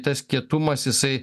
tas kietumas jisai